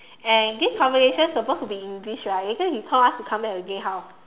and this conversation supposed to be English right later he call us to come back again how